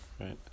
Right